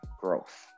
growth